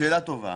שאלה טובה.